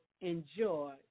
enjoy